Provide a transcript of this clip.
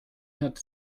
hat